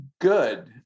good